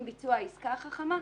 עם ביצוע העסקה החכמה,